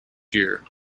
year